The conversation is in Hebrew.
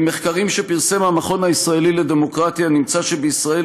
ממחקרים שפרסם המכון הישראלי לדמוקרטיה נמצא שבישראל